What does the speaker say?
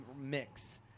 mix